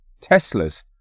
Teslas